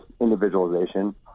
individualization